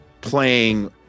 playing